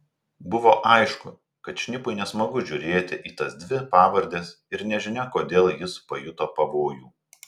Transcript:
buvo aišku kad šnipui nesmagu žiūrėti į tas dvi pavardes ir nežinia kodėl jis pajuto pavojų